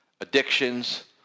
addictions